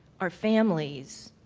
our families,